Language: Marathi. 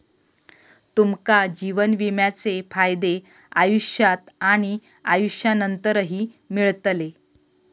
तुमका जीवन विम्याचे फायदे आयुष्यात आणि आयुष्यानंतरही मिळतले